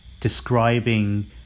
describing